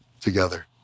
together